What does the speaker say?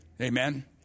Amen